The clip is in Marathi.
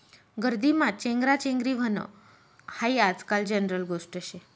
गर्दीमा चेंगराचेंगरी व्हनं हायी आजकाल जनरल गोष्ट शे